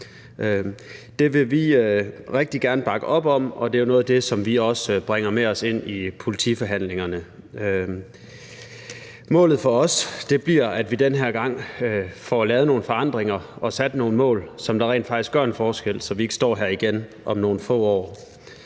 Det vil vi rigtig gerne bakke op om, og det er noget af det, som vi også bringer med os ind i politiforhandlingerne. Målet for os bliver, at vi den her gang får lavet nogle forandringer og sat nogle mål, som rent faktisk gør en forskel, så vi ikke står her igen om nogle få år.